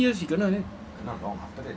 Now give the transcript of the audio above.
how many years he kena then